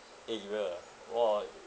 area ah !wah!